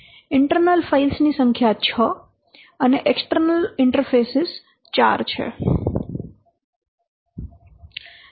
internal files ની સંખ્યા 6 અને એક્સટરનલ ઇન્ટરફેસ 4 છે